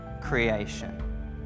creation